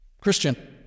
Christian